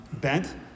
bent